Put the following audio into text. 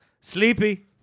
Sleepy